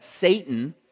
Satan